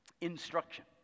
instruction